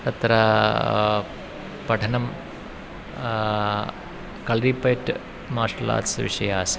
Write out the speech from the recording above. तत्र पठनं Kalaripayattu martial arts विषयः आसीत्